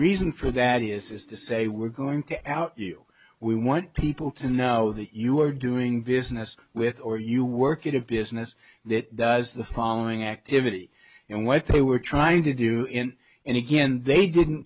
reason for that is is to say we're going to out you we want people to know that you are doing business with or you work at a business that does the following activity and what they were trying to do in and again they didn't